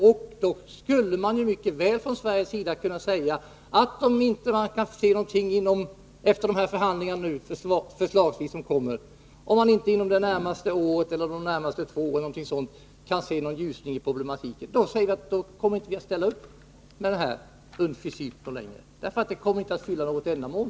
Sverige skulle mycket väl kunna säga: Om man efter de förhandlingar som skall ske — inom förslagsvis det närmaste året eller de närmaste två åren — inte kan se någon ljusning i problematiken, kommer vi inte att ställa upp med styrkor på Cypern längre, eftersom de inte fyller något ändamål.